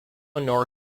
nor